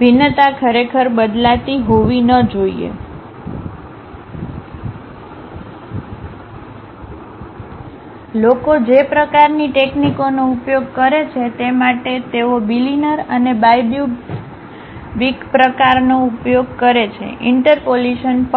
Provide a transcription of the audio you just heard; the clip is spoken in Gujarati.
ભિન્નતા ખરેખર બદલાતી ન હોવી જોઈએ લોકો જે પ્રકારની ટેકનીકોનો ઉપયોગ કરે છે તે માટે તેઓ બિલીનર અને બાયબ્યુબિક પ્રકારનો ઉપયોગ કરે છે ઇન્ટરપોલીશન પણ